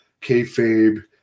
kayfabe